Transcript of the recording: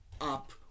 up